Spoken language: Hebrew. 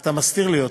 ואתה מסתיר לי אותה,